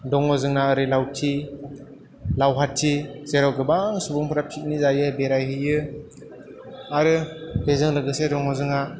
दङ जोंना ओरै लावथि लावहाथि जेराव गोबां सुबुंफ्रा फिकनिक जायो बेराय हैयो आरो बेजों लोगोसे दङ जोंहा